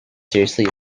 seriously